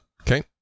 Okay